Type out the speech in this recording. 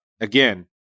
again